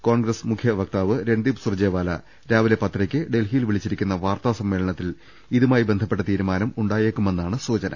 കോൺഗ്രസ് മുഖ്യവക്താവ് രൺദീപ് സുർജേവാല രാവിലെ പത്തരയ്ക്ക് ഡൽഹിയിൽ വിളിച്ചിരിക്കുന്ന വാർത്താ സമ്മേളനത്തിൽ ഇതുമായി ബന്ധപ്പെട്ട തീരുമാനം അറിയിച്ചേക്കു മെന്നാണ് സൂചന